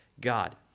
God